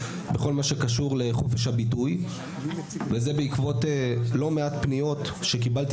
בכל מה שקשור לחופש הביטוי וזה בעקבות לא מעט פניות שקיבלתי